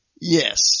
Yes